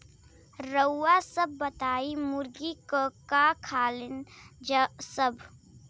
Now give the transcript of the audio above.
रउआ सभ बताई मुर्गी का का खालीन सब?